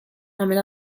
nagħmel